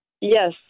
Yes